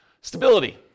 Stability